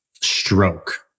stroke